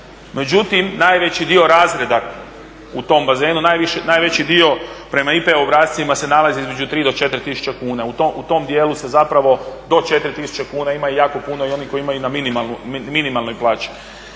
Međutim, najveći dio razreda u tom bazenu, najveći dio prema IP obrascima se nalazi između 3 do 4 tisuće kuna. U tom dijelu se zapravo do 4 tisuće kuna ima jako puno i onih koji imaju na minimalnoj plaći.